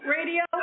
Radio